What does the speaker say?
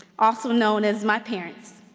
also known as my parents.